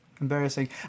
embarrassing